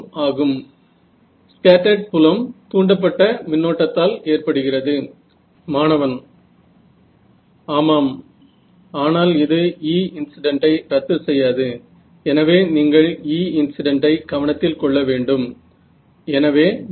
आता तिथे तुम्हाला काळजी नाहीये की परमिटीव्हीटी 3 किंवा 3